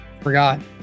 forgot